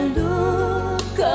look